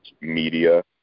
Media